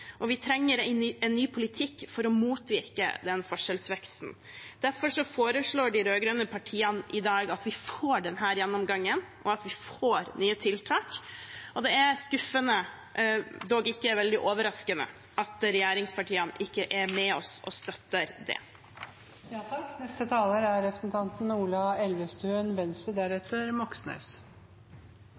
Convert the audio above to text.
Og vi trenger en ny politikk for å motvirke forskjellsveksten. Derfor foreslår de rød-grønne partiene i dag at vi får denne gjennomgangen, og at vi får nye tiltak. Det er skuffende – dog ikke veldig overraskende – at regjeringspartiene ikke er med oss og støtter det. Det er ingen tvil om at vi er